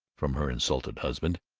from her insulted husband.